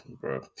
bro